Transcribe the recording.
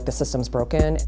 like the system is broken